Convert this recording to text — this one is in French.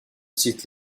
cite